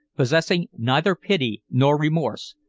possessing neither pity nor remorse,